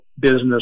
business